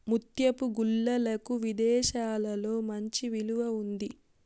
ముత్యపు గుల్లలకు విదేశాలలో మంచి విలువ ఉంది